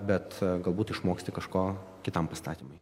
bet galbūt išmoksti kažko kitam pastatymui